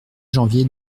janvier